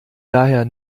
daher